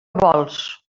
vols